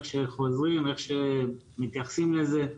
חוזרים ואיך שמתייחסים לזה.